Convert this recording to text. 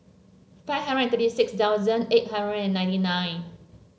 five hundred and thirty six thousand eight hundred and ninety nine